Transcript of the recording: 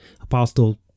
Apostle